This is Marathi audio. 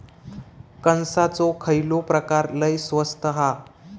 कणसाचो खयलो प्रकार लय स्वस्त हा?